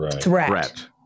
Threat